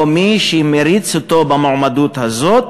או מי שמריץ אותו במועמדות הזאת,